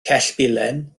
cellbilen